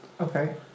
Okay